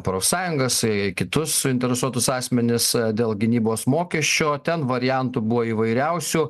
profsąjungas ir kitus suinteresuotus asmenis dėl gynybos mokesčio ten variantų buvo įvairiausių